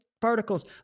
particles